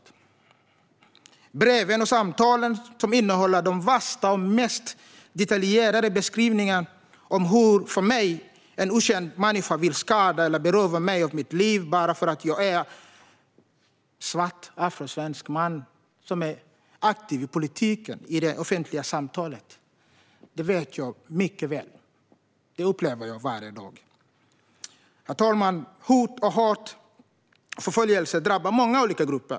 Jag får brev och samtal som innehåller de värsta och mest detaljerade beskrivningar av hur en för mig okänd människa vill skada mig eller beröva mig mitt liv bara för att jag är en svart/afrosvensk man som är aktiv i politiken och i det offentliga samtalet. Detta känner jag mycket väl till. Det upplever jag varje dag. Herr talman! Hot, hat och förföljelser drabbar många olika grupper.